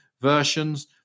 versions